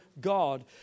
God